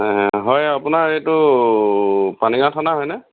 হয় আপোনাৰ এইটো পানীগাওঁ থানা হয় নে